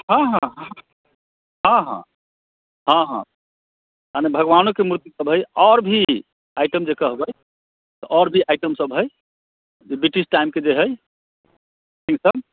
हाँ हाँ हाँ हाँ हाँ हाँ अऽ नै भगवानोके मूर्ति सभ हय आओर भी आइटम जे कहबै तऽ आओर भी आइटम सभ हय ब्रिटिश टाइमके जे हय ई सभ